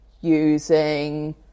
using